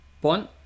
Bond